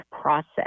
process